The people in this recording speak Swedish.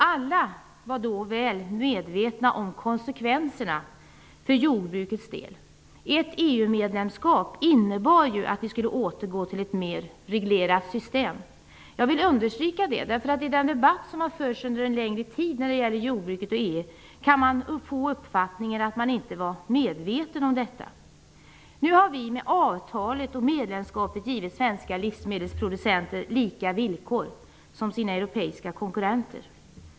Alla var då väl medvetna om konsekvenserna för jordbrukets del. Ett EU medlemskap innebar ju att vi skulle återgå till ett mer reglerat system. Jag vill understryka det. I den debatt som har förts under en längre tid när det gäller jordbruket och EU har man kunnat få uppfattningen att vi inte var medvetna om detta. Nu har vi med avtalet och medlemskapet givit svenska livsmedelsproducenter samma villkor som deras europeiska konkurrenter.